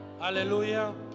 hallelujah